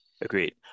agreed